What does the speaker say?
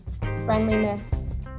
friendliness